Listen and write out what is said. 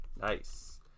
Nice